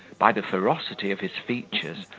by the ferocity of his features,